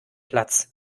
platz